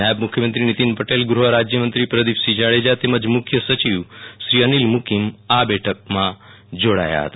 નાયમ મુખ્યમંત્રી નિતિન પટેલ ગૃહ રાજયમંત્રી પ્રદિપસિંહ જાડજા તમજ મુખ્ય સચિવ શ્રી અનિલ મુકીમ આ બેઠકમાં જોડાયા હતા